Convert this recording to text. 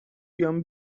بیام